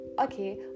okay